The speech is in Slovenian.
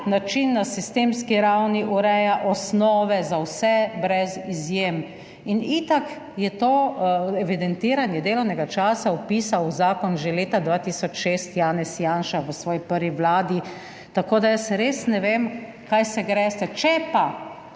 način, na sistemski ravni, ureja osnove za vse, brez izjem in itak je to evidentiranje delovnega časa vpisal v zakon že leta 2006 Janez Janša v svoji prvi vladi. Tako, da jaz res ne vem, **61. TRAK (VI)